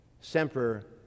semper